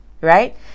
right